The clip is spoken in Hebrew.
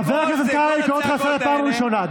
חבר הכנסת קרעי, אני קורא אותך לסדר בפעם ראשונה.